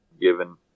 given